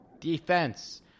Defense